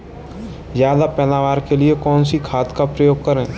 ज्यादा पैदावार के लिए कौन सी खाद का प्रयोग करें?